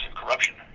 corruption,